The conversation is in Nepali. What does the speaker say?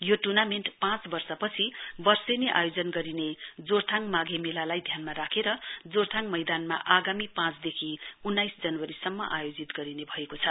यो ट्र्नामेण्ट पाँच वर्ष पछि वर्षनी आयोजना गरिने जोरथाङ माघे मेलालाई ध्यानमा राखेर जोरथाङ मैदानमा आगामी पाँचदेखि उन्नाइस जनवारी सम्म आयोजित गरिने भएको छ